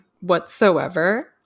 whatsoever